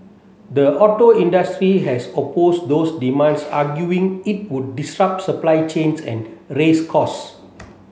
the auto industry has opposed those demands arguing it would disrupt supply chains and raise costs